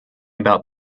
about